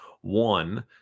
One